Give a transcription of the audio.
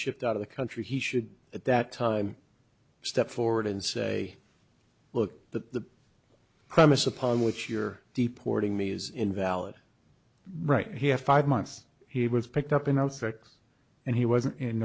shipped out of the country he should at that time step forward and say look the premise upon which you're deportee me is invalid right here five months he was picked up in zero six and he wasn't in